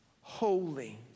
holy